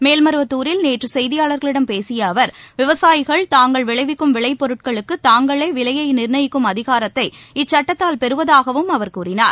மேல்மருவத்தூரில் நேற்று செய்தியாளர்களிடம் பேசிய அவர் விவசாயிகள் தாங்கள் விளைவிக்கும் விளைபொருட்களுக்கு தாங்களே விலையை நிர்ணயிக்கும் அதிகாரத்தை இச்சட்டத்தால் பெறுவதாகவும் அவர் கூறினார்